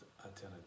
alternative